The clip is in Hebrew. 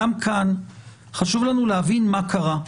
גם כאן חשוב לנו להבין מה קרה.